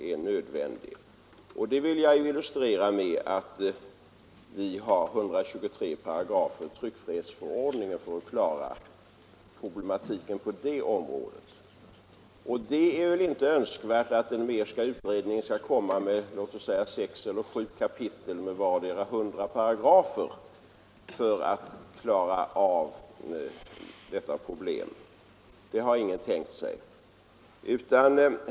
Jag ville illustrera den problematiken med att nämna att tryckfrihetsförordningen innehåller 123 paragrafer. Det är väl inte önskvärt att den Mehrska utredningen skall lägga fram kanske sex eller sju kapitel med vardera ca hundra paragrafer för att klara av detta problem. Det har ingen tänkt sig.